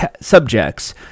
subjects